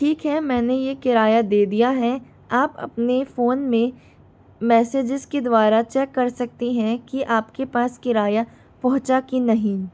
ठीक है मैंने यह किराया दे दिया है आप अपने फ़ोन में मैसेजेस के द्वारा चेक कर सकते हैं कि आपके पास किराया पहुँचा कि नहीं